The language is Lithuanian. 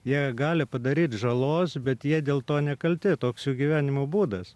jie gali padaryti žalos bet jie dėl to nekalti toks gyvenimo būdas